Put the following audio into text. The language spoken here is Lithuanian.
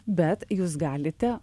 bet jūs galite